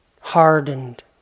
hardened